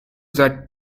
that